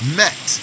met